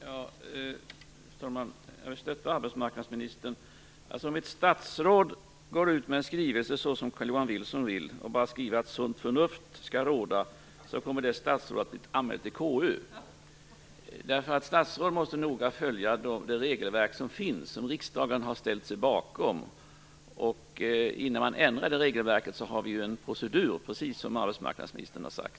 Fru talman! Jag vill stötta arbetsmarknadsministern. Om ett statsråd går ut med en skrivelse så som Carl-Johan Wilson vill och bara skriver att sunt förnuft skall råda, kommer det statsrådet att bli anmält till KU. Statsråd måste ju noga följa det regelverk som finns och som riksdagen har ställt sig bakom. Innan det regelverket ändras sker en procedur, precis som arbetsmarknadsministern har sagt.